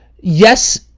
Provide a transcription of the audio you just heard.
yes